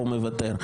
הוא מוותר.